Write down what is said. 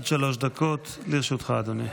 בבקשה, עד שלוש דקות לרשותך, אדוני.